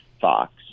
Fox